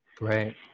Right